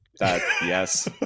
Yes